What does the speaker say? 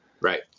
Right